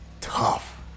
tough